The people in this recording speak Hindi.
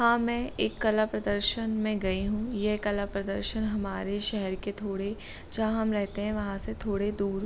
हाँ मैं एक कला प्रदर्शन में गई हूँ यह कला प्रदर्शन हमारे शहर के थोड़े जहाँ हम रहते हैं वहाँ से थोड़ी दूर